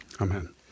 Amen